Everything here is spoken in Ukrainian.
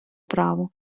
право